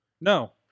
No